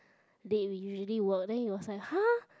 they usually work then he was like !huh!